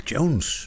Jones